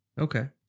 Okay